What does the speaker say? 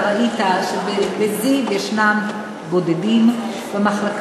אתה ראית שבבית-חולים זיו יש בודדים במחלקה,